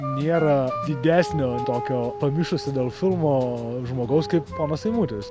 nėra didesnio tokio pamišusio dėl filmo žmogaus kaip ponas eimutis